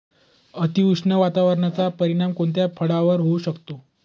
अतिउष्ण वातावरणाचा परिणाम कोणत्या फळावर होऊ शकतो?